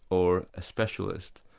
or a specialist.